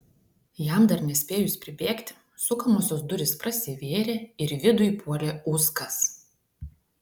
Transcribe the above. jam dar nespėjus pribėgti sukamosios durys prasivėrė ir į vidų įpuolė uskas